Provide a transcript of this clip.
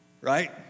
right